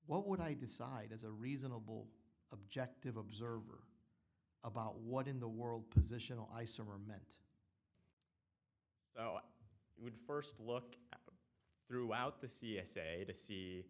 what would i decide as a reasonable objective observer about what in the world positional isomer meant so i would first look throughout the c s a to see